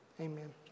Amen